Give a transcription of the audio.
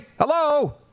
Hello